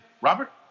Robert